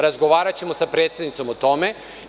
Razgovaraćemo sa predsednicom o tome.